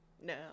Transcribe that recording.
No